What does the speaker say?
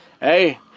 hey